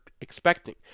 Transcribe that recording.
expecting